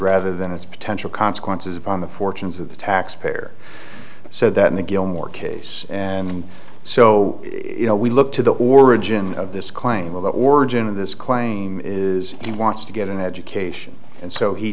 rather than its potential consequences upon the fortunes of the taxpayer so that in the gilmore case and so you know we look to the origin of this claim well the origin of this claim is he wants to get an education and so he